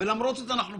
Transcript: ולמרות זאת אנחנו פה.